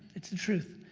it's the truth.